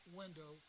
window